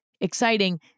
exciting